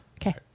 Okay